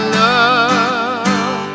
love